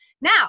Now